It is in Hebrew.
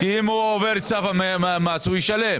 אבל אם הוא עובר את סף המס, הוא ישלם.